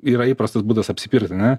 yra įprastas būdas apsipirkt ane